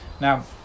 Now